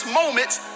moments